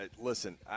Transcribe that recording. Listen